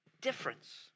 difference